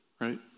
right